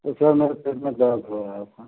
वह सर मेरे पेट में दर्द हो रहा था